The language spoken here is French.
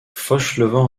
fauchelevent